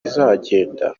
izagenda